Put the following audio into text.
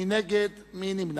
מי נגד, מי נמנע?